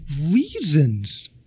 reasons